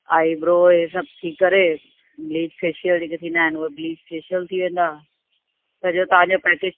eyebrow हे सभु थी करे ब्लीच फ़ैशियल जेके थींदा आहिनि उहे फ़ैशियल थी वेंदा सॼो तव्हांजो पैकेज